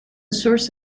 source